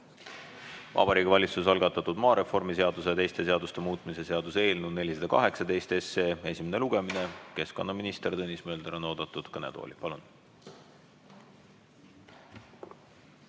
Vabariigi Valitsuse algatatud maareformi seaduse ja teiste seaduste muutmise seaduse eelnõu 418 esimene lugemine. Keskkonnaminister Tõnis Mölder on oodatud kõnetooli. Palun!